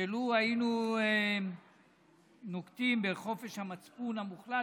שלו היינו נוקטים חופש מצפון מוחלט,